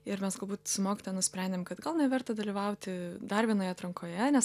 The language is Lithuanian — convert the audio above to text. ir mes galbūt su mokytoja nusprendėm kad gal neverta dalyvauti dar vienoje atrankoje nes